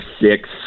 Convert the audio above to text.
six